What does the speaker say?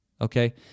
okay